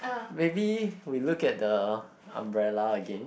maybe will look at the umbrella again